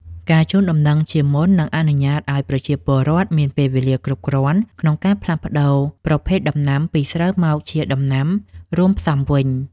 ការជូនដំណឹងជាមុននឹងអនុញ្ញាតឱ្យប្រជាពលរដ្ឋមានពេលវេលាគ្រប់គ្រាន់ក្នុងការផ្លាស់ប្តូរប្រភេទដំណាំពីស្រូវមកជាដំណាំរួមផ្សំវិញ។